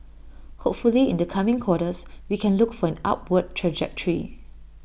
hopefully in the coming quarters we can look for an upward trajectory